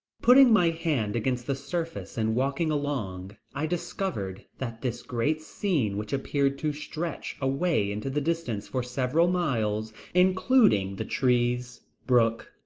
putting my hand against the surface and walking along i discovered that this great scene which appeared to stretch away into the distance for several miles, including the trees, brook,